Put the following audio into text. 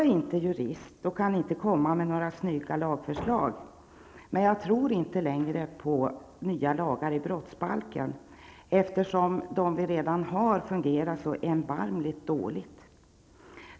Jag är inte jurist och kan inte komma med några snygga lagförslag, men jag tror inte längre på nya lagar i brottsbalken, eftersom de vi redan har fungerar så erbarmligt dåligt.